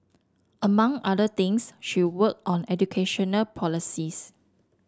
among other things she worked on educational policies